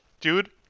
Dude